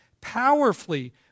powerfully